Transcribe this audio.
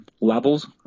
levels